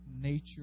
nature